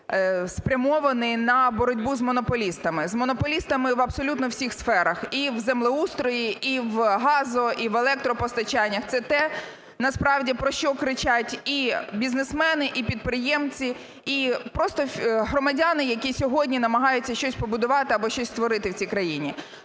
спрямований на боротьбу з монополістами, з монополістами абсолютно у всіх сферах: і в землеустрої, і в газо- і в електропостачанні. Це те, насправді, про що кричать і бізнесмени, і підприємці, і просто громадяни, які сьогодні намагаються щось побудувати або щось створити в цій країні.